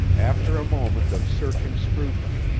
after a moment of searching scrutiny,